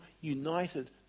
united